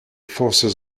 forces